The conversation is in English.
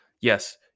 yes